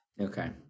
Okay